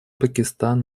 пакистан